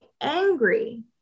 angry